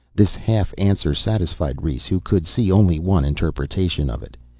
this half answer satisfied rhes, who could see only one interpretation of it.